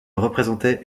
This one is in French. représentait